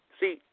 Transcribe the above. See